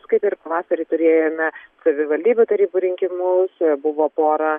kaip ir pavasarį turėjome savivaldybių tarybų rinkimus ir buvo pora